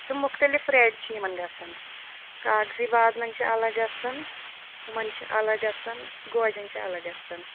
تہٕ مُختلِف ریٹہِ چھِ یِمَن گژھان کاغذی بادامَن چھِ الگ گژھان ہُمَن چھِ الگ گژھان گوجن چھِ الگ گژھان